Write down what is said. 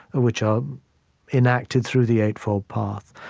which are enacted through the eightfold path,